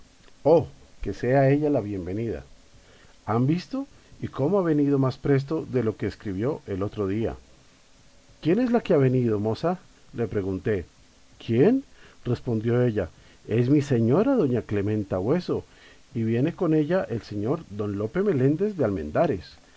oh que sea ella la bien venida han visto y cómo ha venido más presto de lo que escribió el otro día quién es la que ha venido moza le pregunté quién respondió ella es mi señora doña clementa bueso y viene con ella el señor don lope meléndez de almendárez